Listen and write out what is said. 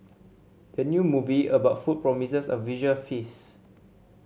the new movie about food promises a visual feast